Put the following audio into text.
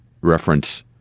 reference